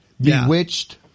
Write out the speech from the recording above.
Bewitched